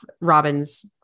Robin's